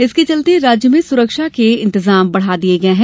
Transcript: इसके चलते राज्य में सुरक्षा के इंतजाम बढ़ा दिये गये हैं